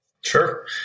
Sure